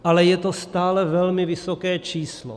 Ale je to stále velmi vysoké číslo.